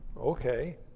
okay